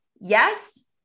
Yes